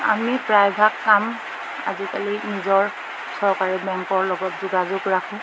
আমি প্ৰায়ভাগ কাম আজিকালি নিজৰ চৰকাৰী বেংকৰ লগত যোগাযোগ ৰাখোঁ